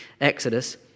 Exodus